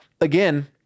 again